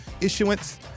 issuance